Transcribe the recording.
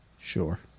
Sure